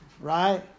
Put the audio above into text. right